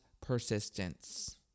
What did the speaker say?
persistence